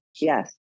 Yes